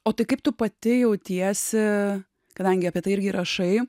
o tai kaip tu pati jautiesi kadangi apie tai irgi rašai